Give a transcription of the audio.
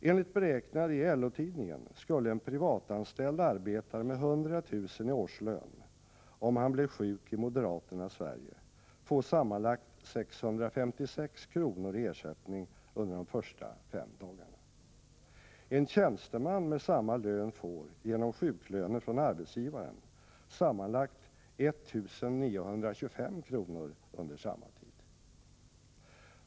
Enligt beräkningar i LO-tidningen skulle en privatanställd arbetare med 100 000 kr. i årslön, om han blev sjuk i moderaternas Sverige, få sammanlagt 656 kr. i ersättning under de första fem dagarna. En tjänsteman med samma lön får, genom sjuklönen från arbetsgivaren, sammanlagt 1 925 kr. under samma tid.